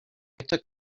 took